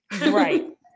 right